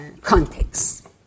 context